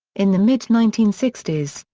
in the mid nineteen sixty s,